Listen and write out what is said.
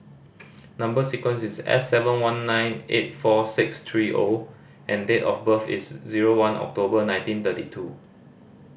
number sequence is S seven one nine eight four six three O and date of birth is zero one October nineteen thirty two